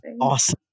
awesome